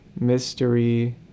mystery